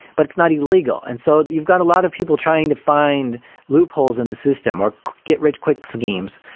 but it's not illegal. and so you've got a lot of people trying to find loopholes in the system or get rich quick schemes,